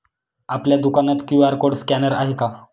आपल्या दुकानात QR code scanner आहे का?